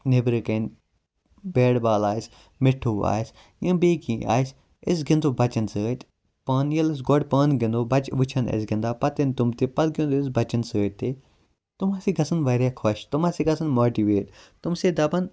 نٮ۪برٕ کَنۍ bat ball آسہِ مِٹھوٗ آسہِ یا بیٚیہِ کینٛہہ آسہِ أسۍ گِنٛدو بَچَن سۭتۍ پانہٕ ییٚلہِ أسۍ گۄڈٕ پانہٕ گِنٛدو بَچہِ وٕچھَن اَسہِ گِنٛدان پَتہٕ یِن تِم تہٕ پَتہٕ گِنٛدو أسۍ بَچَن سۭتۍ تہِ تِم ہَسا گَژھن واریاہ خۄش تِم ہَسا گَژھن ماٹِویٹ تِم سے دَپن